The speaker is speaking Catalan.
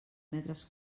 metres